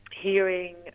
hearing